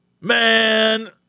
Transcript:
man